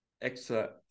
extra